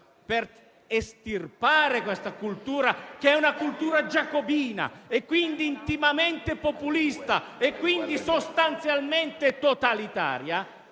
per estirpare questa, che è una cultura giacobina, quindi intimamente populista e quindi sostanzialmente totalitaria,